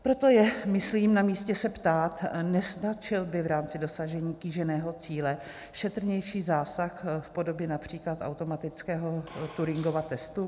Proto je myslím namístě se ptát, nestačil by v rámci dosažení kýženého cíle šetrnější zásah v podobě například automatického Turingova testu?